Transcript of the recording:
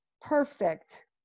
perfect